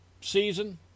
season